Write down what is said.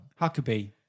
Huckabee